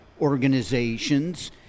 organizations